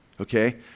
Okay